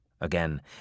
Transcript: Again